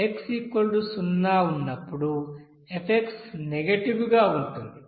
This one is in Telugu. X0 ఉన్నప్పుడు f నెగెటివ్ గా ఉంటుంది